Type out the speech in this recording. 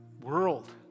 world